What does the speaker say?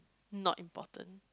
not important